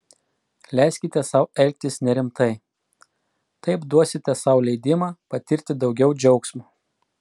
leiskite sau elgtis nerimtai taip duosite sau leidimą patirti daugiau džiaugsmo